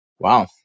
Wow